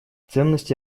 ценности